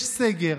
יש סגר,